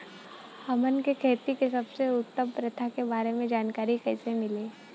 हमन के खेती में सबसे उत्तम प्रथा के बारे में जानकारी कैसे मिली?